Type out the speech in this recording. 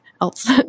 else